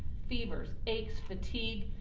fevers, aches, fatigue,